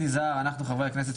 חברי הכנסת,